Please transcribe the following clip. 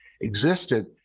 existed